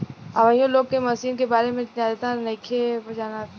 अभीयो लोग ए मशीन के बारे में ज्यादे नाइखे जानत